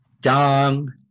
dong